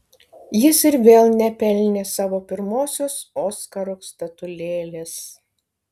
jis ir vėl nepelnė savo pirmosios oskaro statulėlės